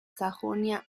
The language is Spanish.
sajonia